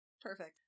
Perfect